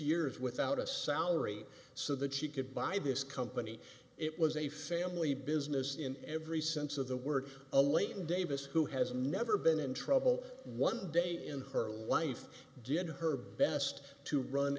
years without a salary so that she could buy this company it was a family business in every sense of the word elaine davis who has never been in trouble one day in her life did her best to run